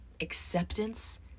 acceptance